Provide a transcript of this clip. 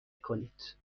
کنید